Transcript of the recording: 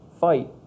fight